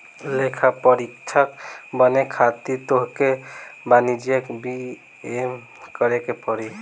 लेखापरीक्षक बने खातिर तोहके वाणिज्यि में बी.ए करेके पड़ी